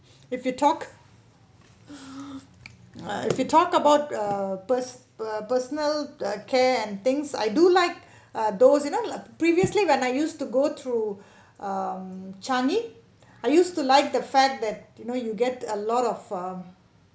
if you talk if you talk about ah pers~ ah personal care and things I do like ah those you know previously when I used to go through um Changi I used to like the fact that you know you get a lot of um